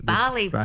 Bali